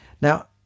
Now